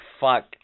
fuck